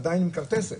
עדיין עם כרטסת.